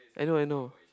I know I know